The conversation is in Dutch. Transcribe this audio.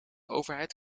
overheid